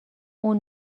اون